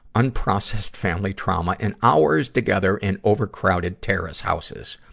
unprocessed family trauma, and hours together in overcrowded terrace houses.